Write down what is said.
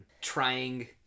trying